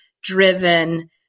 driven